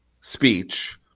speech